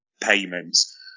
payments